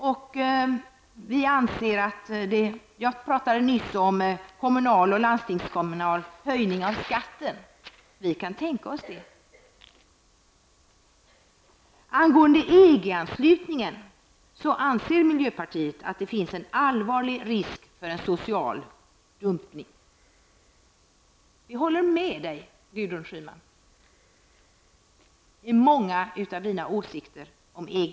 Jag talade nyss om en höjning av kommunalskatten och den landstingskommunala skatten. Vi kan tänka oss en sådan. Miljöpartiet anser att en allvarlig risk med en EG anslutning är att det blir en social dumpning. Vi håller med Gudrun Schyman i många av hennes åsikter om EG.